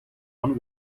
one